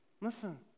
Listen